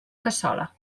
cassola